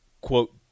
quote